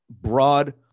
broad